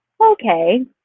okay